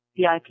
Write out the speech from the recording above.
VIP